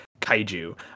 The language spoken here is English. kaiju